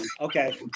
Okay